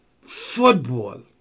football